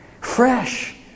Fresh